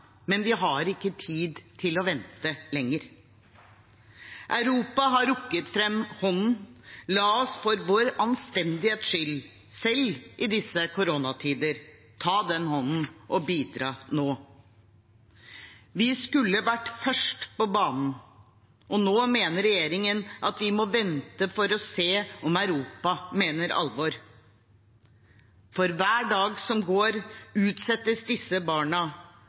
men vi har ikke tid til å vente lenger. Europa har rakt fram hånden. La oss for vår anstendighets skyld, selv i disse koronatider, ta den hånden og bidra nå. Vi skulle vært først på banen, og nå mener regjeringen at vi må vente for å se om Europa mener alvor. For hver dag som går, utsettes disse barna